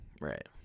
Right